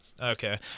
Okay